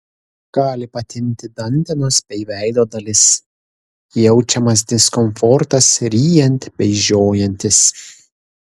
gali patinti dantenos bei veido dalis jaučiamas diskomfortas ryjant bei žiojantis